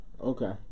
Okay